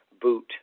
boot